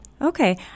Okay